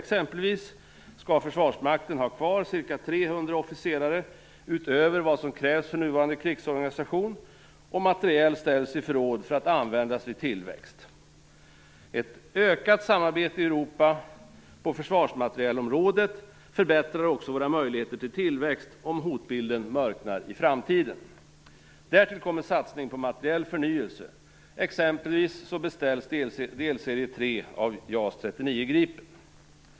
Exempelvis skall Försvarsmakten ha kvar ca 300 officerare utöver vad som krävs för nuvarande krigsorganisation och materiel ställas i förråd för att användas vid tillväxt. Ett ökat samarbete i Europa på försvarsmaterielområdet förbättrar också våra möjligheter till tillväxt om hotbilden mörknar i framtiden. Därtill kommer satsningen på materiell förnyelse. Exempelvis beställs delserie 3 av JAS 39 Gripen.